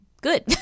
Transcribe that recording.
good